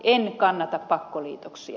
en kannata pakkoliitoksia